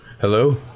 hello